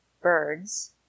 birds